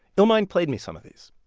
illmind played me some of these